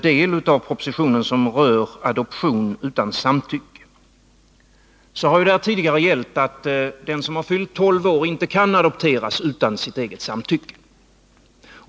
Beträffande adoption har hittills gällt att den som fyllt 12 år inte kan adopteras utan sitt eget samtycke.